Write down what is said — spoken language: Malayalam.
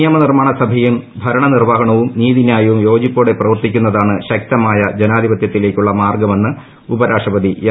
നിയമനിർമ്മാണസഭയും നീതിന്യായവും ഭരണനിർവഹണവും യോജിപ്പോടെ പ്രവർത്തിക്കുന്നതാണ് ശക്തമായ ജനാധിപതൃത്തിലേക്കുള്ള മാർഗ്ഗമെന്ന് ഉപരാഷ്ട്രപതി എം